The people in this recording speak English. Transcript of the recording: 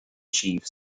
chief